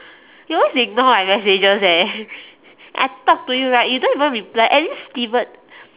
you always ignore my messages eh I talk to you right you don't even reply at least steven